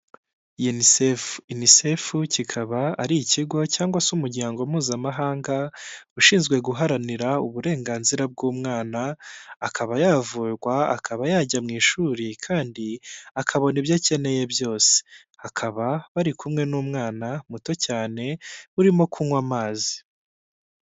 Unisefu unisefu kikaba ari ikigo cyangwa se umuryango mpuzamahanga, ushinzwe guharanira uburenganzira bw'umwana, akaba yavurwa, akaba yajya mu ishuri, kandi akabona ibyo akeneye byose, akaba bari kumwe n'umwana muto cyane urimo kunywa amazi.